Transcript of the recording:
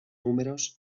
números